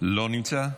לא נמצא,